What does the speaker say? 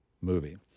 movie